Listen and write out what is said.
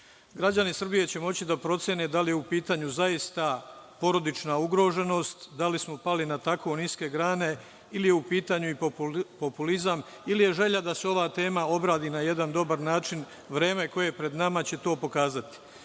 Građani Srbije će moći da procene da li je u pitanju zaista porodična ugroženost, da li smo pali na tako niske grane ili je u pitanju i populizam ili je želja da se ova tema obradi na jedan dobar način, vreme koje je pred nama će to pokazati. Kao